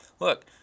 Look